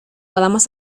podamos